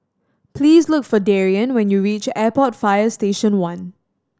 please look for Darien when you reach Airport Fire Station One